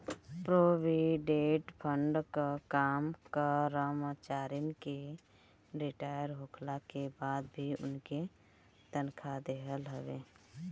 provident fund कअ काम करमचारिन के रिटायर होखला के बाद भी उनके तनखा देहल हवे